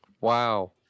Wow